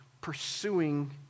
pursuing